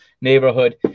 neighborhood